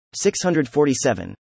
647